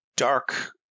Dark